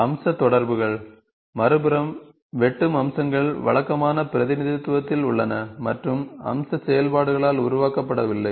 அம்ச தொடர்புகள் மறுபுறம் வெட்டும் அம்சங்கள் வழக்கமான பிரதிநிதித்துவத்தில் உள்ளன மற்றும் அம்ச செயல்பாடுகளால் உருவாக்கப்படவில்லை